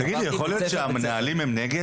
תגיד לי, יכול להיות שהמנהלים הם נגד?